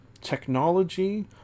technology